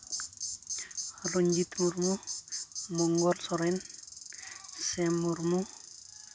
ᱨᱚᱧᱡᱤᱛ ᱢᱩᱨᱢᱩ ᱢᱚᱝᱜᱚᱞ ᱥᱚᱨᱮᱱ ᱥᱮᱢ ᱢᱩᱨᱢᱩ